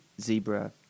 zebra